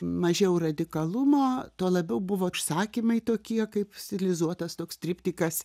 mažiau radikalumo tuo labiau buvo užsakymai tokie kaip stilizuotas toks triptikas